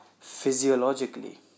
physiologically